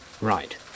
Right